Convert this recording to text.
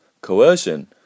coercion